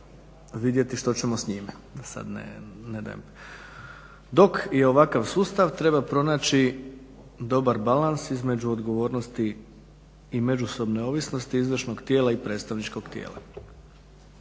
…/Ne razumije se./…, dok je ovakav sustav treba pronaći dobar balans između odgovornosti i međusobne ovisnosti izvršnog tijela i predstavničkog tijela.